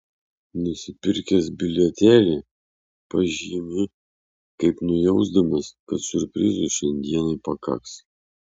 nusipirkęs bilietėlį pažymiu kaip nujausdamas kad siurprizų šiandienai pakaks